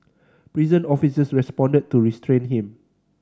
prison officers responded to restrain him